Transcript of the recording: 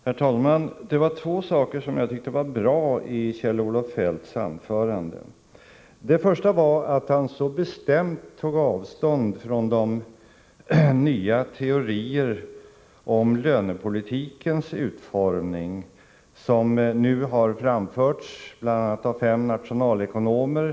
Herr talman! Det var två saker som jag tyckte var bra i Kjell-Olof Feldts anförande. Det första var att han så bestämt tog avstånd från de nya teorier om lönepolitikens utformning som nu har framförts, bl.a. av fem nationalekonomer.